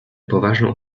poważną